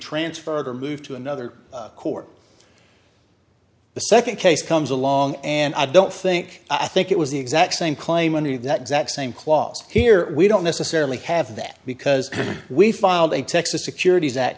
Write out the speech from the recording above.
transferred or moved to another court the second case comes along and i don't think i think it was the exact same claim under that exact same clause here we don't necessarily have that because we filed a texas securities that